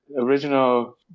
Original